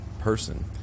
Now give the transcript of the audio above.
person